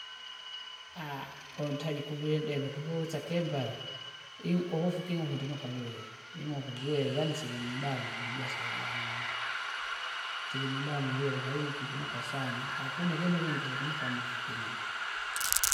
untaji kuvie ndebe kuhusa kimba, i- uhofu kingi ukundi ndikalwere ing'uku lwere yaani silimudamu ibyasala jani muu, silimudamu ulwere kwahiyo ufundinuka sana akuna ikundu iki ngunuka mufikeng'u.